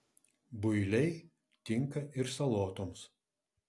builiai tinka ir salotoms